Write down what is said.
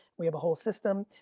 we have a whole system.